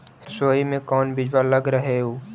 सरसोई मे कोन बीज लग रहेउ?